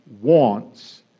wants